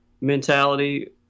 mentality